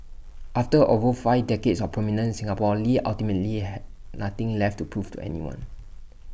after over five decades of prominence Singapore lee ultimately had nothing left to prove to anyone